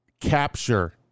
capture